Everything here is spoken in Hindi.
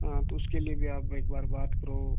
हाँ तो उसके लिए भी आप एक बार बात करो